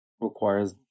requires